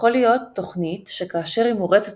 יכולה להיות תוכנית שכאשר היא מורצת